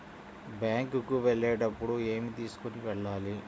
Bank కు వెళ్ళేటప్పుడు ఏమి తీసుకొని వెళ్ళాలి?